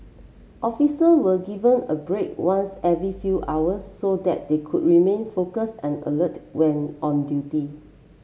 officer were given a break once every few hours so that they could remain focus and alert when on duty